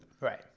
Right